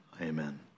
Amen